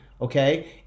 okay